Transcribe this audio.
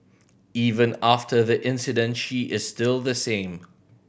even after the incident she is still the same